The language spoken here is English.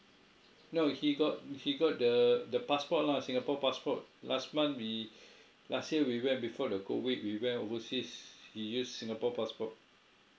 no he got he got the the passport lah singapore passport last month we last year we went before the COVID we went overseas he used singapore passport